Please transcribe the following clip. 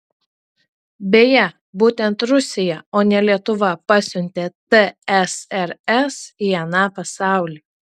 beje būtent rusija o ne lietuva pasiuntė tsrs į aną pasaulį